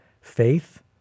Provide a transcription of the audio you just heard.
faith